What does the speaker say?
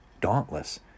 dauntless